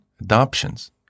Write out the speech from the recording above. adoptions